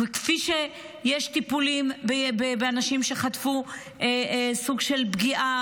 כמו שיש טיפולים לאנשים שחטפו סוג של פגיעה